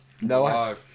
No